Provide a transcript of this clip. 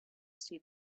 see